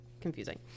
confusing